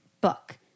book